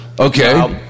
Okay